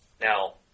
Now